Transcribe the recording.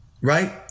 Right